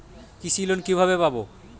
কৃষি লোন কিভাবে পাব?